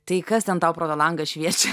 tai kas ten tau pro tą langą šviečia